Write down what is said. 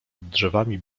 drzewami